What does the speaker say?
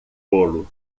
bolo